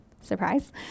Surprise